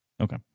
Okay